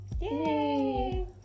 yay